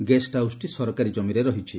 guest ହାଉସ୍ଟି ସରକାରୀ ଜମିରେ ରହିଛି